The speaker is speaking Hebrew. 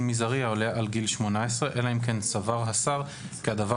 מזערי העולה על גיל 18 אלא אם כן סבר השר כי הדבר